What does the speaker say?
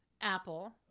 apple